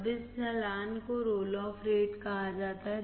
अब इस ढलान को रोल ऑफ रेट कहा जाता है